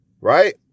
right